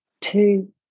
two